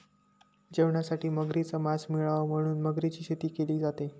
जेवणासाठी मगरीच मास मिळाव म्हणून मगरीची शेती केली जाते